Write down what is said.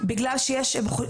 בגלל שיש,